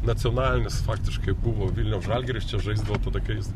nacionalinis faktiškai buvo vilniaus žalgiris čia žaizdavo tada kai jis